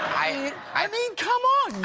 i i mean, come on!